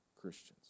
Christians